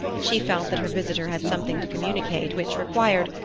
she felt that her visitor had something to communicate which required,